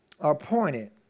appointed